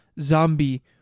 Zombie